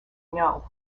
know